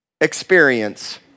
experience